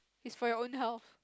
it's for your own health